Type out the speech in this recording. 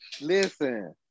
Listen